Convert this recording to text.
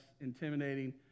intimidating